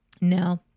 No